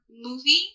movie